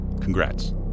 Congrats